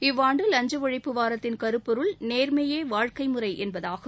இவ்வாண்டு லஞ்ச ஒழிப்பு வாரத்தின் கருப்பொருள் நேர்மையே வாழ்க்கை முறை என்பதாகும்